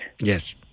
Yes